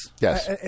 Yes